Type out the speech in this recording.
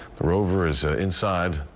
the rover is a inside.